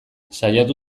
saiatu